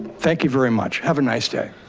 thank you very much, have a nice day.